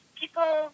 people